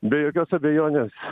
be jokios abejonės